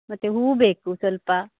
ಮತ್ತೆ ಹೂ ಬೇಕು ಸ್ವಲ್ಪ